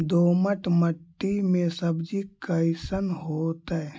दोमट मट्टी में सब्जी कैसन होतै?